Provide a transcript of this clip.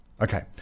okay